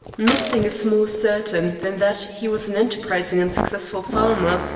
nothing is more certain than that he was an enterprising and successful farmer,